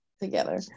together